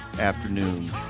afternoon